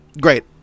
Great